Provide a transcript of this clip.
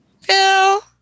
Phil